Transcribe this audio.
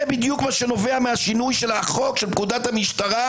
זה בדיוק מה שנובע מהשינוי של החוק של פקודת המשטרה,